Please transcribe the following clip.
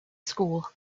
school